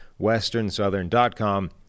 westernsouthern.com